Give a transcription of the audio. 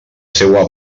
seua